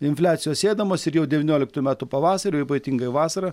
infliacijos ėdamos ir jau devynioliktų metų pavasario ypatingai vasarą